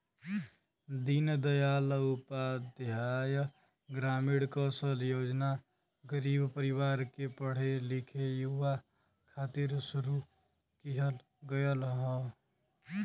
दीन दयाल उपाध्याय ग्रामीण कौशल योजना गरीब परिवार के पढ़े लिखे युवा खातिर शुरू किहल गयल हौ